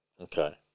Okay